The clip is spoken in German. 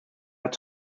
nach